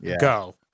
go